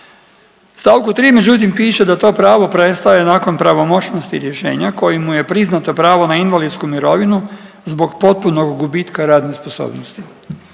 stavku 3. međutim piše da to pravo prestaje nakon pravomoćnosti rješenja kojim mu je priznato pravo na invalidsku mirovinu zbog potpunog gubitka radne sposobnosti.